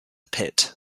pit